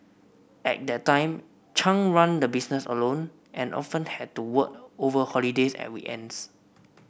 at that time Chung ran the business alone and often had to work over holidays and weekends